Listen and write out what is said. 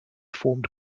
formed